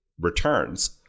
returns